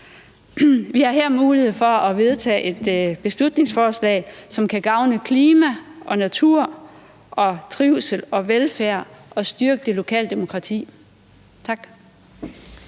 Vi har her mulighed for at vedtage et beslutningsforslag, som kan gavne klima, natur, trivsel, velfærd og styrke det lokale demokrati. Tak.